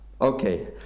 Okay